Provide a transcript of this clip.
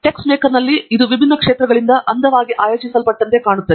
TeXmaker ನಲ್ಲಿ ಇದು ವಿಭಿನ್ನ ಕ್ಷೇತ್ರಗಳಿಂದ ಅಂದವಾಗಿ ಆಯೋಜಿಸಲ್ಪಟ್ಟಂತೆ ಕಾಣುತ್ತದೆ